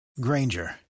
Granger